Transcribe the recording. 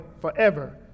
forever